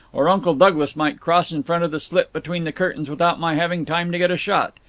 or uncle douglas might cross in front of the slit between the curtains without my having time to get a shot.